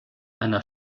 einer